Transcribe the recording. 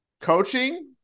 Coaching